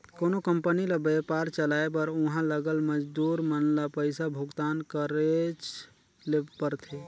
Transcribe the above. कोनो कंपनी ल बयपार चलाए बर उहां लगल मजदूर मन ल पइसा भुगतान करेच ले परथे